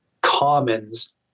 commons